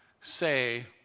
say